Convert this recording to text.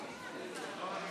נתקבלה.